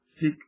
Seek